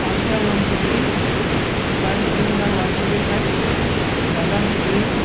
pulsar one fifty super splendor one twenty five Bajaj V